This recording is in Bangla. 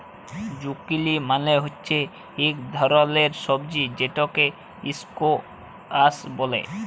জুকিলি মালে হচ্যে ইক ধরলের সবজি যেটকে ইসকোয়াস ব্যলে